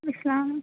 اسلام